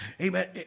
amen